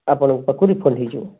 ଆପଣଙ୍କ ପାଖକୁ ରିଫଣ୍ଡ ହେଇଯିବ